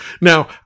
Now